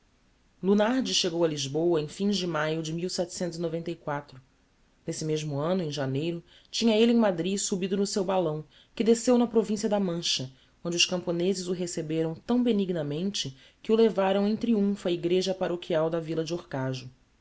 lunardi chegou a lisboa em fins de maio de nesse mesmo anno em janeiro tinha elle em madrid subido no seu balão que desceu na provincia da mancha onde os camponezes o receberam tão benignamente que o levaram em triumpho á igreja parochial da villa de orcajo